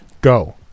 Go